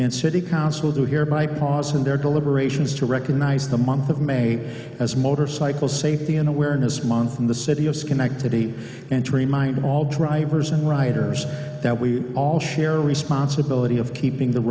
and city council do hereby pause in their deliberations to recognize the month of may as motorcycle safety and awareness month in the city of schenectady and to remind all drivers and riders that we all share responsibility of keeping the